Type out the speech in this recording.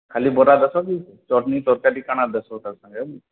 ଖାଲି ବରା ଦଶ ପିସ୍ ଚଟଣି ତରକାରୀ କାଣା ତା ସାଙ୍ଗେ